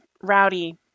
Rowdy